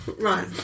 Right